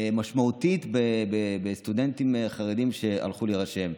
ברורה ומשמעותית בסטודנטים חרדים שהלכו להירשם.